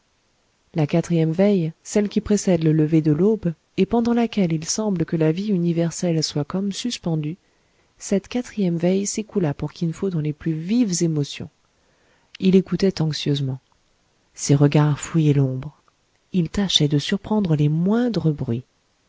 la quatrième veille celle qui précède le lever de l'aube et pendant laquelle il semble que la vie universelle soit comme suspendue cette quatrième veille s'écoula pour kin fo dans les plus vives émotions il écoutait anxieusement ses regards fouillaient l'ombre il tâchait de surprendre les moindres bruits